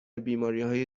بیماریهای